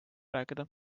rääkida